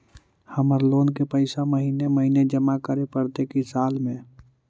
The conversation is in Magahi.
हमर लोन के पैसा महिने महिने जमा करे पड़तै कि साल में?